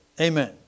amen